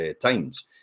times